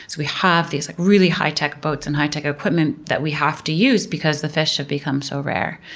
we have these really high-tech boats and high-tech equipment that we have to use because the fish have become so rare.